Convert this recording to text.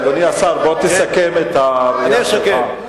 אדוני השר, בוא תסכם את הראייה שלך.